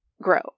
grow